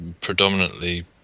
predominantly